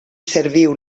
serviu